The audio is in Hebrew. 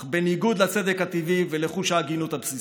אך בניגוד לצדק הטבעי ולחוש ההגינות הבסיסי,